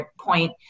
point